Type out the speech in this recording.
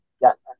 Yes